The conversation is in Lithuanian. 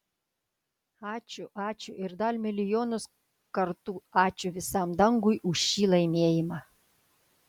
ačiū ačiū ir dar milijonus kartų ačiū visam dangui už šį laimėjimą